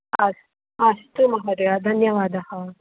अस्तु अस्तु महोदय धन्यवादः